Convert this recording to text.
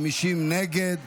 50 נגד.